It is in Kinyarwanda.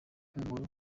mpumuro